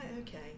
okay